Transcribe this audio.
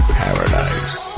paradise